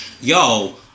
yo